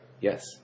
Yes